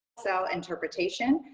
so interpretation,